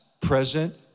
present